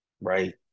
right